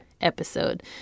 episode